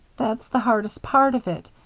that's the hardest part of it,